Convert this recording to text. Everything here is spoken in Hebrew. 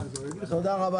הישיבה ננעלה